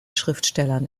schriftstellern